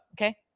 okay